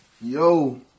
Yo